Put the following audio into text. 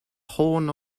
horn